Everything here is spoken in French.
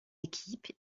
équipe